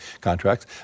contracts